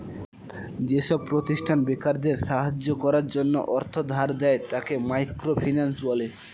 যেসব প্রতিষ্ঠান বেকারদের সাহায্য করার জন্য অর্থ ধার দেয়, তাকে মাইক্রো ফিন্যান্স বলে